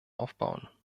aufbauen